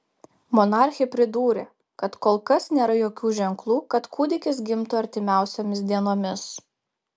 monarchė pridūrė kad kol kas nėra jokių ženklų kad kūdikis gimtų artimiausiomis dienomis